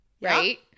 Right